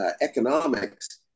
Economics